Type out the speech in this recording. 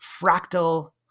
fractal